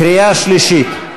קריאה שלישית.